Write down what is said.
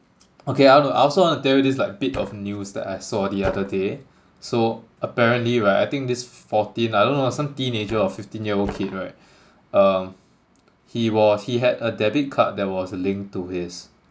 okay I wanna I also want to tell you this like bit of news that I saw the other day so apparently right I think this fourteen I don't know some teenager or fifteen year old kid right um he was he had a debit card that was linked to his